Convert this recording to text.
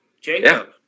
Jacob